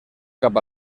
cap